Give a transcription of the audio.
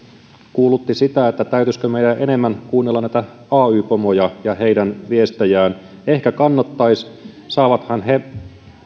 kuulutti sitä täytyisikö meidän enemmän kuunnella näitä ay pomoja ja heidän viestejään ehkä kannattaisi saavathan he